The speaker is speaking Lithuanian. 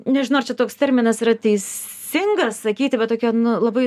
nežinau ar čia toks terminas yra eisingas sakyti va tokia nu labai